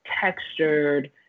textured